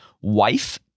wife